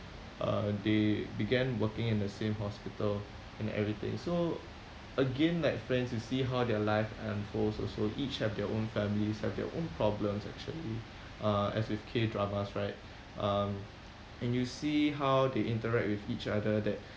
uh they began working in the same hospital and everything so again like friends you see how their life unfolds also each have their own families have their own problems actually uh as with K dramas right um and you see how they interact with each other that